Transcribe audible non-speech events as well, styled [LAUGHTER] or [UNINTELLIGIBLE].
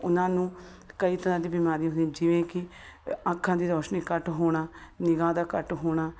ਉਹਨਾਂ ਨੂੰ ਕਈ ਤਰ੍ਹਾਂ ਦੀ ਬਿਮਾਰੀ [UNINTELLIGIBLE] ਜਿਵੇਂ ਕਿ ਅੱਖਾਂ ਦੀ ਰੌਸ਼ਨੀ ਘੱਟ ਹੋਣਾ ਨਿਗ੍ਹਾ ਦਾ ਘੱਟ ਹੋਣਾ